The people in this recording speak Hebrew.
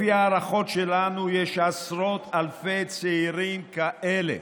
לפי ההערכות שלנו יש עשרות אלפי צעירים כאלה.